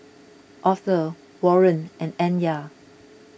Arthor Warren and Anya